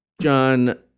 John